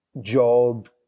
job